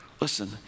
Listen